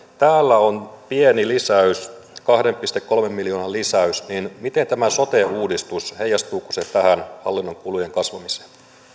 täällä on pieni lisäys kahden pilkku kolmen miljoonan lisäys niin miten tämä sote uudistus heijastuuko se tähän hallinnon kulujen kasvamiseen